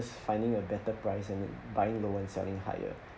just finding a better price and buying lower and selling higher